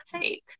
take